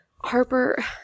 Harper